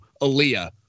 Aaliyah